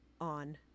on